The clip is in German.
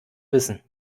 wissen